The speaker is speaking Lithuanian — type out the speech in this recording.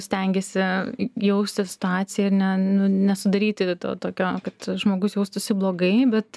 stengiasi jausti situaciją ir ne nu nesudaryti to tokio kad žmogus jaustųsi blogai bet